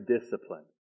discipline